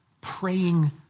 praying